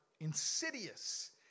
insidious